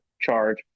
charge